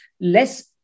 less